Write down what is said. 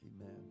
amen